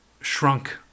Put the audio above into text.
shrunk